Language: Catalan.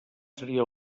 seria